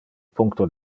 puncto